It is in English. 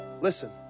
Listen